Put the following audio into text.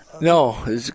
No